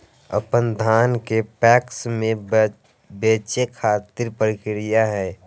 अपन धान के पैक्स मैं बेचे खातिर की प्रक्रिया हय?